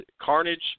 Carnage